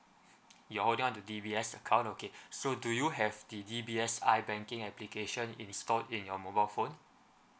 you hold on to D_B_S account okay so do you have the D_B_S I banking application installed in your mobile phone